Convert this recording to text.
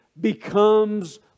becomes